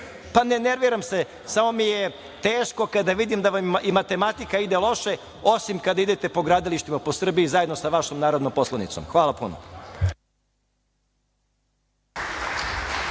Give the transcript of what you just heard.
ne nerviram se samo mi je teško kada vidim da vam matematika ide loše, osim kada idete po gradilištima po Srbiji, zajedno sa vašom narodnom poslanicom. Hvala puno.